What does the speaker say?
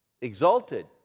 exalted